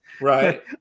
Right